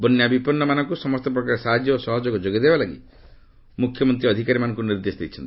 ବନ୍ୟା ପ୍ରଭାବିତ ଲୋକଙ୍କ ସମସ୍ତ ପ୍ରକାର ସାହାଯ୍ୟ ଓ ସହଯୋଗ ଯୋଗାଇଦେବା ଲାଗି ମ୍ରଖ୍ୟମନ୍ତ୍ରୀ ଅଧିକାରୀମାନଙ୍କୁ ନିର୍ଦ୍ଦେଶ ଦେଇଛନ୍ତି